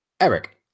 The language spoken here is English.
Eric